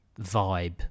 vibe